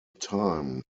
time